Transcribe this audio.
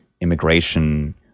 immigration